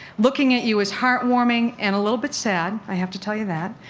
looking at you is heartwarming and a little bit sad, i have to tell you that.